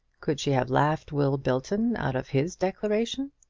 could she have laughed will belton out of his declaration?